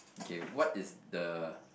okay what is the